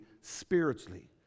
spiritually